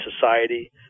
society